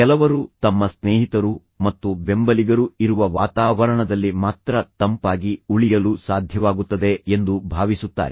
ಕೆಲವರು ತಮ್ಮ ಸ್ನೇಹಿತರು ಮತ್ತು ಬೆಂಬಲಿಗರು ಇರುವ ವಾತಾವರಣದಲ್ಲಿ ಮಾತ್ರ ತಂಪಾಗಿ ಉಳಿಯಲು ಸಾಧ್ಯವಾಗುತ್ತದೆ ಎಂದು ಭಾವಿಸುತ್ತಾರೆ